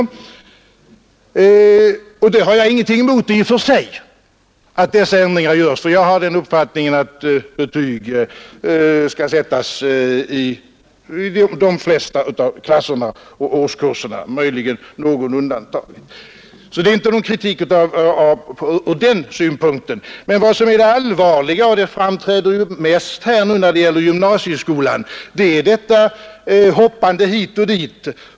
I och för sig har jag ingenting emot att dessa ändringar görs, ty jag har den uppfattningen att betyg skall sättas i de flesta av klasserna och årskurserna — möjligen någon undantagen. Jag uttalar alltså ingen kritik ur den synpunkten. Men vad som är allvarligt — och det framträder ju mest när det gäller gymnasieskolan — är detta hoppande hit och dit.